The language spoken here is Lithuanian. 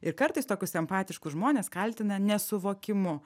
ir kartais tokius empatiškus žmones kaltina nesuvokimu